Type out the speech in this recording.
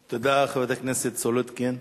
תודה, חברת הכנסת סולודקין.